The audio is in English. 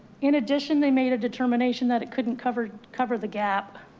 in addition, they made a determination that it couldn't cover, cover the gap.